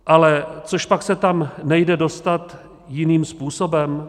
Ale cožpak se tam nejde dostat jiným způsobem?